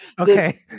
Okay